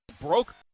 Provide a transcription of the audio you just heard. Broke